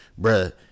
Bruh